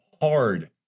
hard